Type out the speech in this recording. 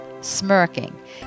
Smirking